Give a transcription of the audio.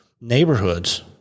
neighborhoods